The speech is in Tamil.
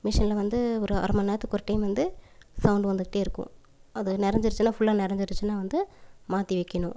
மிஷினில் வந்து ஒரு அரை மணி நேரத்துக்கு ஒரு டைம் வந்து சவுண்ட் வந்துகிட்டே இருக்கும் அது நிறைஞ்சிடுச்சினா ஃபுல்லாக நிறைஞ்சிடுச்சினா வந்து மாற்றி வைக்கணும்